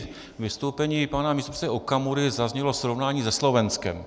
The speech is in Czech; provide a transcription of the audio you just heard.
Ve vystoupení pana místopředsedy Okamury zaznělo srovnání se Slovenskem.